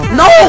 no